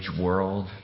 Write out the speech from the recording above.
world